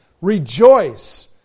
Rejoice